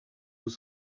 vous